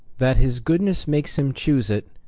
that his goodness makes him choose it,